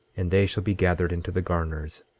and they shall be gathered into the garners,